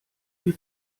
die